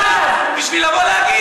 בשביל לבוא להגיד,